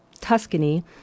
Tuscany